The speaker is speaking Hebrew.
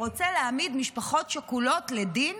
רוצה להעמיד משפחות שכולות לדין